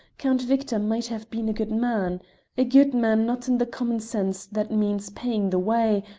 count victor might have been a good man a good man not in the common sense that means paying the way,